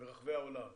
ברחבי העולם,